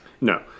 No